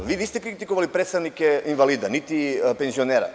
Vi niste ste kritikovali predstavnike invalida niti penzionera.